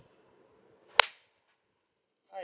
hi